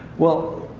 well,